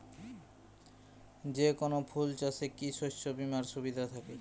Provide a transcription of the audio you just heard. যেকোন ফুল চাষে কি শস্য বিমার সুবিধা থাকে?